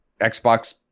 Xbox